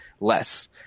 less